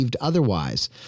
otherwise